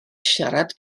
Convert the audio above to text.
siarad